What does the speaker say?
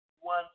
One